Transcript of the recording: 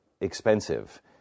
expensive